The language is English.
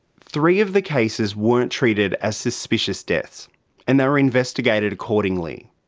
three of the cases weren't treated as suspicious deaths and they were investigated accordingly.